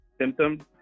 symptoms